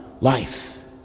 life